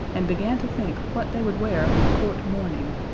and began to think what they would wear for court mourning.